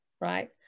right